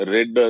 Red